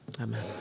Amen